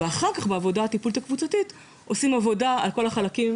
ואחר כך בעבודת הטיפול הקבוצתית עושים עבודה על כל החלקים,